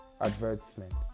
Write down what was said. advertisements